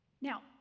Now